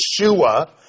Yeshua